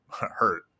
hurt